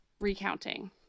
recounting